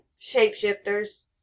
Shapeshifters